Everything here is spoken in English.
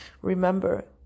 remember